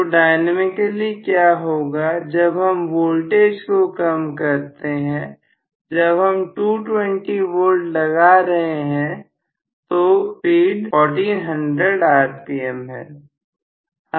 तो डायनेमिकली क्या होता है जब हम वोल्टेज को कम करते हैं जब हम 220V लगा रहे हैं तो स्पीड 1400rpm है